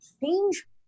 change